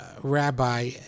Rabbi